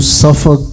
suffer